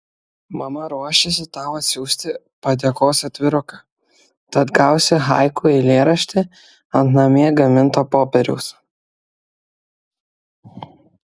mama ruošiasi tau atsiųsti padėkos atviruką tad gausi haiku eilėraštį ant namie gaminto popieriaus